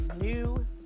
new